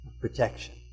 protection